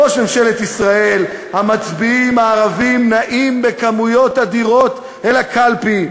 ראש ממשלת ישראל: המצביעים הערבים נעים בכמויות אדירות אל הקלפי.